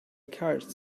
cards